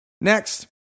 Next